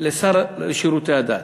לשר לשירותי דת.